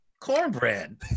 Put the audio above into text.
Cornbread